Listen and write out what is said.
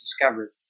discovered